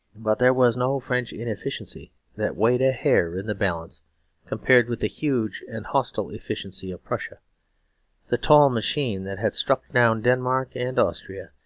but there was no french inefficiency that weighed a hair in the balance compared with the huge and hostile efficiency of prussia the tall machine that had struck down denmark and austria,